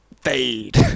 Fade